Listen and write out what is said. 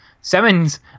Simmons